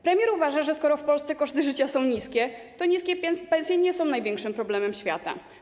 Premier uważa, że skoro w Polsce koszty życia są niskie, to niskie pensje nie są największym problemem świata.